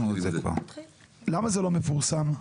למה זה לא מפורסם?